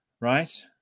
right